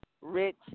Rich